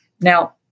Now